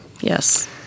Yes